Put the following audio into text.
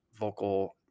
vocal